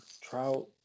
Trout